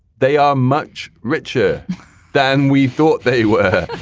they are much richer than we thought they were.